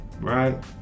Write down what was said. right